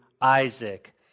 Isaac